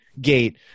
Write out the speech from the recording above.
gate